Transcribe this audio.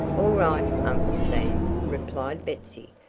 all right, uncle sam, replied betsy,